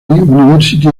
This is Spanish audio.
university